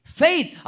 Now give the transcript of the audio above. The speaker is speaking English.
faith